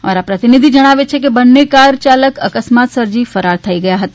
અમારા પ્રતિનિધિ જણાવે છે કે બંને કાર ચાલક અકસ્માત સર્જી ફરાર થઇ ગયા હતા